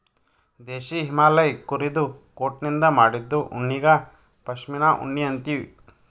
ದೇಶೀ ಹಿಮಾಲಯ್ ಕುರಿದು ಕೋಟನಿಂದ್ ಮಾಡಿದ್ದು ಉಣ್ಣಿಗಾ ಪಶ್ಮಿನಾ ಉಣ್ಣಿ ಅಂತೀವಿ